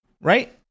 right